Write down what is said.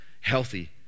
healthy